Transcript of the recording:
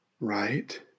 right